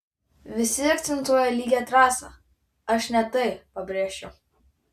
visi akcentuoja lygią trasą aš ne tai pabrėžčiau